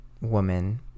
woman